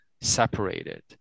separated